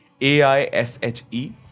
AISHE